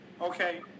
Okay